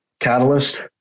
catalyst